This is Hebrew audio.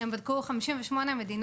הם בדקו 58 מדינות,